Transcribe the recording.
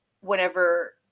whenever